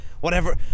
Whatever-